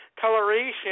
coloration